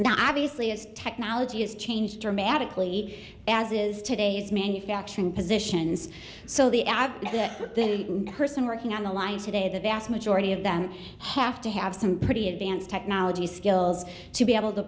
and obviously as technology has changed dramatically as it is today is manufacturing positions so the ad person working on the lines today the vast majority of them have to have some pretty advanced technology skills to be able to